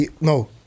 no